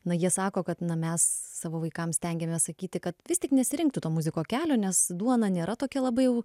na jie sako kad mes savo vaikams stengiamės sakyti kad vis tik nesirinkti to muziko kelio nes duona nėra tokia labai jau